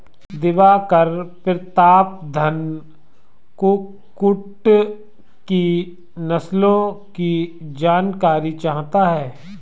दिवाकर प्रतापधन कुक्कुट की नस्लों की जानकारी चाहता है